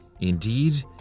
Indeed